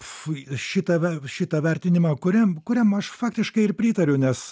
fui šitą ve šitą vertinimą kuriam kuriam aš faktiškai ir pritariu nes